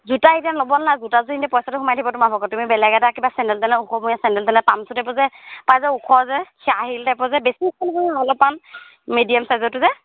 জোতা এতিয়া ল'ব নালাগে জোতাযোৰ এনেই পইচটো সোমাই থাকিব তোমাৰ ভাগৰ তুমি বেলেগ এটা কিবা চেণ্ডেল তেনডেল ওখমূৰীয়া চেণ্ডেল তেনে পামচো টাইপৰ যে পায় যে ওখ যে হাই হিল টাইপৰ যে বেছি ওখ নহয় অলপমান মিডিয়াম চাইজৰটো যে